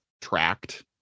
tracked